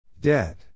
Dead